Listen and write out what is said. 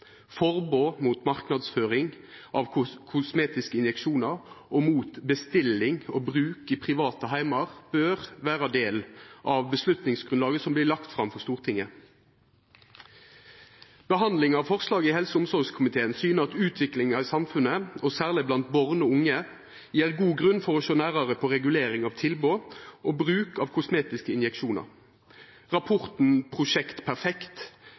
Forbod mot marknadsføring av kosmetiske injeksjonar og mot bestilling og bruk i private heimar bør vera ein del av vedtaksgrunnlaget som vert lagt fram for Stortinget. Behandlinga av forslaget i helse- og omsorgskomiteen syner at utviklinga i samfunnet, og særleg blant barn og unge, gjev god grunn til å sjå nærare på regulering av tilbod om og bruk av kosmetiske injeksjonar. Rapporten «Prosjekt perfekt»